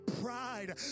pride